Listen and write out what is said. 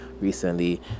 recently